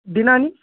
दिनानि